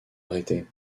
arrêtée